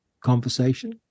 conversation